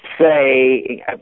say